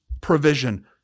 provision